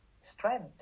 Strength